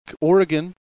Oregon